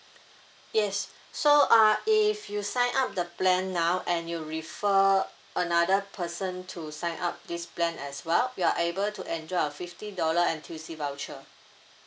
yes so uh if you sign up the plan now and you refer another person to sign up this plan as well you are able to enjoy a fifty dollar N_T_U_C voucher